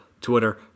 Twitter